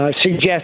Suggest